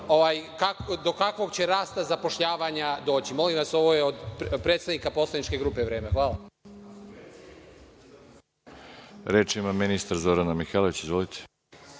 do kakvog će rasta zapošljavanja doći. Molim vas, ovo je od predsednika Poslaničke grupe vreme. Hvala. **Đorđe Milićević** Reč ima ministar Zorana Mihajlović. Izvolite.